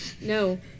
No